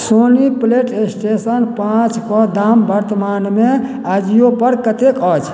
Soni PlayStation पाँचके दाम वर्तमानमे अजियोपर कतेक अछि